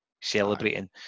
celebrating